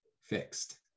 fixed